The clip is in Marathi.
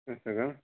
असं का